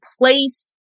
place